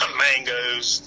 mangoes